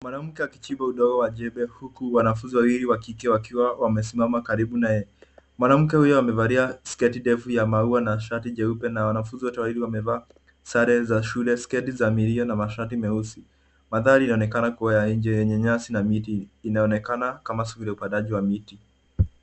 Mwanamke akichimba udongo na jembe huku wanafunzi wawili wa kike wakiwa wamesimama karibu nayeye. Mwanamke huyo amevalia sketi ndefu ya maua na shati nyeupe na wanafunzi wote wawili wamevaa sare za shule, sketi za milia na mashati meusi. Mandhari yanaonekana kuwa ya nje yenye nyasi na miti. Inaonekana kama shughuli ya upandaji wa miti.